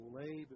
lay